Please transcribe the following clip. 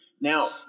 now